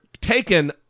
taken